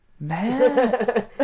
Man